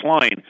line